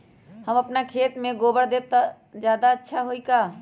हम अपना खेत में गोबर देब त ज्यादा अच्छा होई का?